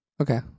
Okay